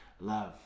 love